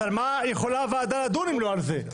אז על מה יכולה הוועדה לדון אם לא על זה?